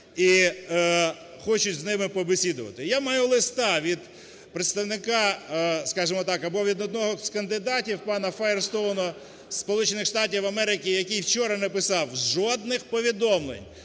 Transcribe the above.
і хочуть з ними побесідувати. Я маю листа від представника, скажемо так, або від одного з кандидатів пана Файєрстоуна зі Сполучених Штатів Америки, який вчора написав: "Жодних повідомлень